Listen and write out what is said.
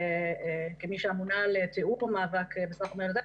כמי שאמונה על תיאום המאבק בסחר בבני אדם,